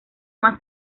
más